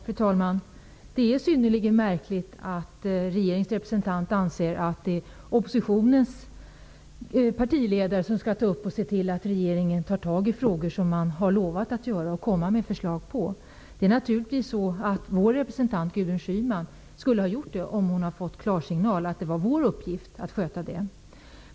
Fru talman! Det är synnerligen märkligt att regeringens representant anser att det är oppositionens partiledare som skall se till att regeringen kommer med förslag och tar tag i frågor som man har lovat att ta itu med. Vår representant, Gudrun Schyman, skulle naturligtvis ha gjort det, om hon hade fått klarsignal om att det var vår uppgift att sköta detta.